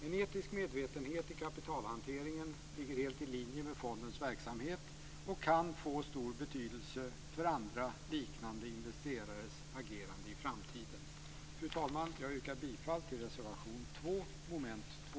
En etisk medvetenhet i kapitalhanteringen ligger helt i linje med fondens verksamhet och kan få stor betydelse för andra likande investerares agerande i framtiden. Fru talman! Jag yrkar bifall till reservation 2 under mom. 2.